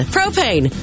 Propane